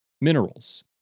Minerals